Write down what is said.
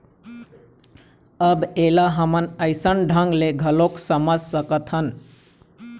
अब ऐला हमन अइसन ढंग ले घलोक समझ सकथन